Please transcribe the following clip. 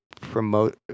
promote